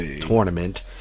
tournament